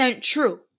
true